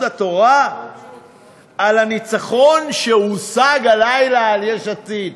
התורה על הניצחון שהושג הלילה על יש עתיד.